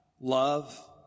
love